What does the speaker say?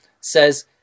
says